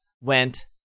went